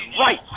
right